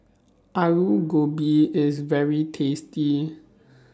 Alu Gobi IS very tasty